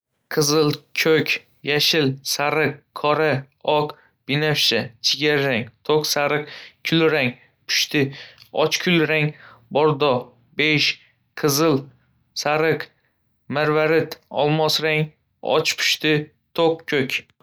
Qizil, ko'k, yashil, sariq, qora, oq, binafsha, jigarrang, to'q sariq, kulrang, pushti, och kulrang, bordo, bej, qizil-sariq, marvarid, olmos rang, och pushti, to'q ko'k.